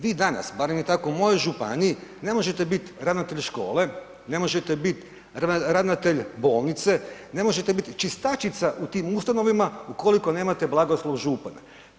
Vi danas, barem je tako u mojoj županiji, ne možete biti ravnatelj škole, ne možete bit ravnatelj bolnice, ne možete biti čistačica u tim ustanovama, ukoliko nemate blagoslov župana.